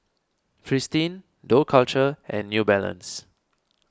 Fristine Dough Culture and New Balance